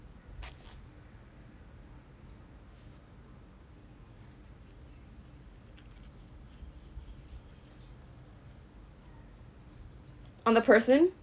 on the person